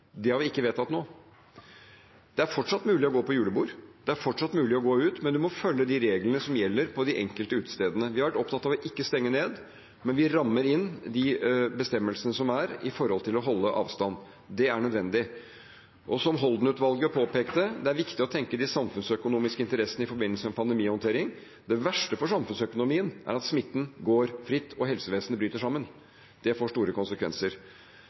Det har vi ikke vedtatt nå. Det er fortsatt mulig å gå på julebord, det er fortsatt mulig å gå ut, men man må følge de reglene som gjelder på de enkelte utestedene. Vi har vært opptatt av ikke å stenge ned, men vi rammer inn de bestemmelsene som er når det gjelder å holde avstand. Det er nødvendig. Som Holden-utvalget påpekte, er det viktig å tenke på de samfunnsøkonomiske interessene i forbindelse med pandemihåndtering. Det verste for samfunnsøkonomien er at smitten går fritt og helsevesenet bryter sammen. Det får store konsekvenser.